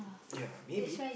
ya maybe